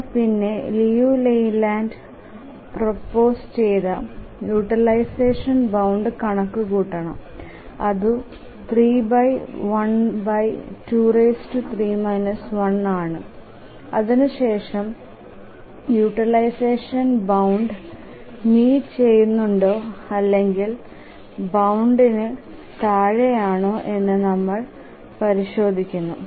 നമ്മൾ പിന്നെ Liu Layland propose ചെയ്ത യൂട്ടിലൈസഷൻ ബൌണ്ട് കണക്കു കൂട്ടണം അതു 3123 1 ആണ് അതിനു ശേഷം യൂട്ടിലൈസഷൻ ബൌണ്ട് മീറ്റ് ചെയ്യുന്നുണ്ടോ അല്ലെകിൽ ബൌണ്ടിനു താഴെ ആണോ എന്നു നമ്മൾ പരിശോദിക്കുന്നു